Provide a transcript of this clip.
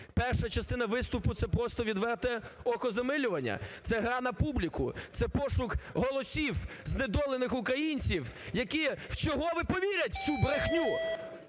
Перша частина виступу – це просто відверте окозамилювання, це гра на публіку, це пошук голосів знедолених українців, які вчергове повірять в цю брехню.